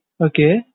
Okay